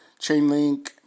Chainlink